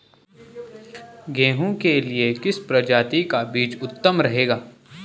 गेहूँ के लिए किस प्रजाति का बीज उत्तम रहेगा?